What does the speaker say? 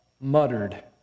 muttered